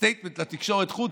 הצהרה לתקשורת חוץ,